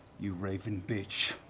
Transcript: you raven bitch.